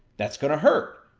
that's gonna hurt.